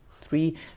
three